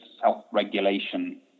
self-regulation